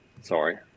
sorry